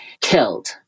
killed